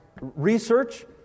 research